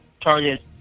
target